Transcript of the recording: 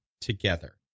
together